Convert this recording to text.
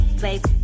place